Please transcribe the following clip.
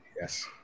Yes